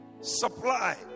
supply